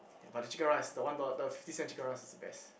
but the chicken rice the one dollar the fifty cents chicken rice is the best